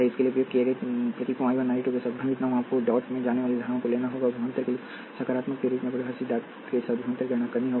और इसके लिए उपयोग किए गए प्रतीकों I 1 और I 2 के साथ भ्रमित न हों आपको डॉट में जाने वाली धाराओं को लेना होगा और विभवांतर के लिए सकारात्मक के रूप में परिभाषित डॉट के साथ विभवांतर की गणना करनी होगी